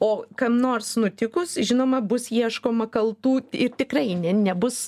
o kam nors nutikus žinoma bus ieškoma kaltų ir tikrai nebus